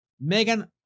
Megan